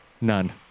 None